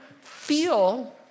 feel